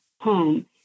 home